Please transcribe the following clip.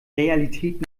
realität